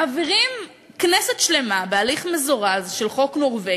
מעבירים בכנסת שלמה הליך מזורז של חוק נורבגי,